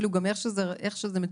אפילו איך שזה מצוין,